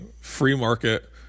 free-market